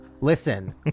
Listen